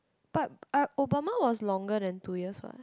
but uh Obama was longer than two years what